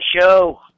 Show